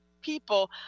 people